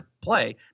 play